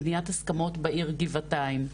בניית הסכמות בעיר גבעתיים.